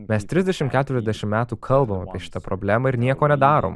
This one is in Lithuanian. mes trisdešimt keturiasdešimt metų kalbam apie šitą problemą ir nieko nedarom